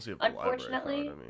unfortunately